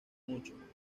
mucho